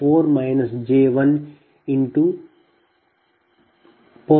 uI 42 j0